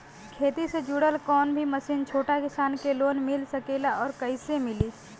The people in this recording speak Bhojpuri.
खेती से जुड़ल कौन भी मशीन छोटा किसान के लोन मिल सकेला और कइसे मिली?